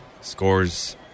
scores